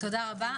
תודה רבה.